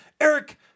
Eric